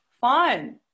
fun